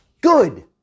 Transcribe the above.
Good